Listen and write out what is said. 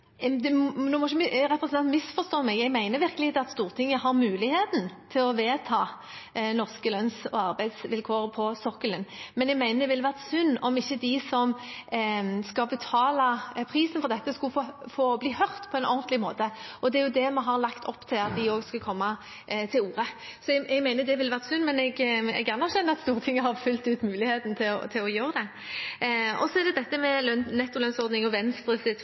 Nå må ikke representanten Pollestad misforstå meg. Jeg mener virkelig at Stortinget har muligheten til å vedta norske lønns- og arbeidsvilkår på sokkelen. Men jeg mener det ville vært synd om de som skal betale prisen for dette, ikke skulle få bli hørt på en ordentlig måte. Det er det vi har lagt opp til, at også de skulle komme til orde. Jeg mener det ville vært synd, men jeg kan gjerne skjønne at Stortinget fullt ut har muligheten til å gjøre det. Så er det dette med nettolønnsordningen og Venstres forhold til maritim næring. Tvert imot mener jeg at Venstre